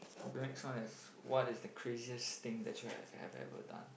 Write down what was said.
the next one is what is the craziest thing that you've have ever done